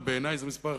ובעיני היא מספר אחת.